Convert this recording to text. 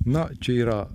na čia yra